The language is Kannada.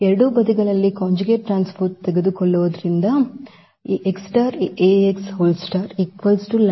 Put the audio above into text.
ಎರಡೂ ಬದಿಗಳಲ್ಲಿ ಕಂಜುಗೇಟ್ ಟ್ರಾನ್ಸ್ಪೋಸ್ ತೆಗೆದುಕೊಳ್ಳುವುದು since